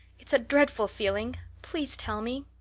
it's a dreadful feeling. please tell me.